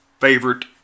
favorite